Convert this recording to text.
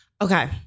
Okay